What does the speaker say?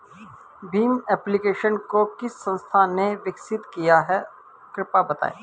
Bhim application को किस संस्था ने विकसित किया है कृपया बताइए?